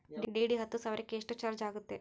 DD ಹತ್ತು ಸಾವಿರಕ್ಕೆ ಎಷ್ಟು ಚಾಜ್೯ ಆಗತ್ತೆ?